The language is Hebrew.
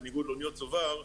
בניגוד לאוניות צובר,